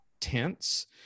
tense